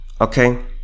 okay